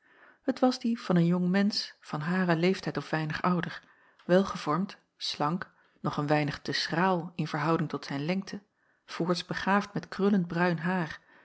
het was die van een jong mensch van haren leeftijd of weinig ouder welgevormd slank nog een weinig te schraal in verhouding tot zijn lengte voorts begaafd met krullend bruin haar